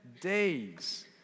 days